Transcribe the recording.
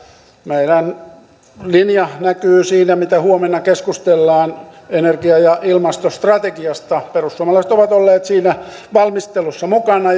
meidän linjamme näkyy siinä mitä huomenna keskustellaan energia ja ilmastostrategiasta perussuomalaiset ovat olleet siinä valmistelussa mukana